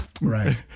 Right